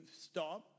stop